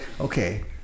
okay